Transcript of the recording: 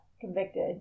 convicted